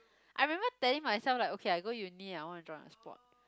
I remember telling myself like okay I go uni I want to join a sport